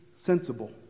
sensible